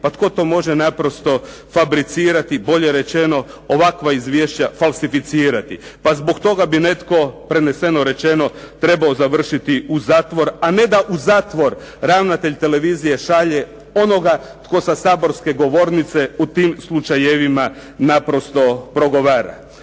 pa tko to može naprosto fabricirati, bolje rečeno ovakva izvješća falsificirati. Pa zbog toga bi netko, preneseno rečeno, trebao završiti u zatvoru, a ne da u zatvor ravnatelj televizije šalje onoga tko sa saborske govornice u tim slučajevima naprosto progovara.